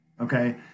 okay